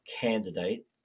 candidate